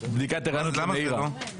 אפשר.